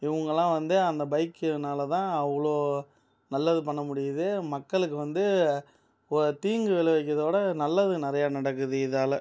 இவர்களாம் வந்து அந்த பைக்கினால்தான் அவ்வளோ நல்லது பண்ண முடியுது மக்களுக்கு வந்து ஓ தீங்கு விளைவிக்கதோடு நல்லது நிறையே நடக்குது இதால்